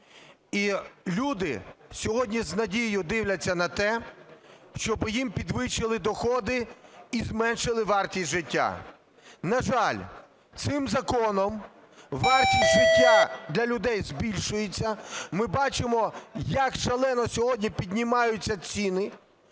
І люди сьогодні з надією дивляться на те, щоб їм підвищили доходи і зменшили вартість життя. На жаль, цим законом вартість життя для людей збільшується. Ми бачимо, як шалено сьогодні піднімаються ціни.